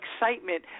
excitement